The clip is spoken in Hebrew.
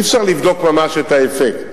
אי-אפשר לבדוק ממש את האפקט.